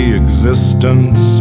existence